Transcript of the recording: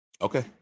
Okay